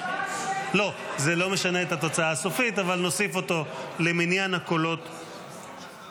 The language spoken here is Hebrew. זה לא משנה את התוצאה הסופית אבל נוסיף אותו למניין הקולות שהצביעו.